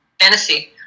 fantasy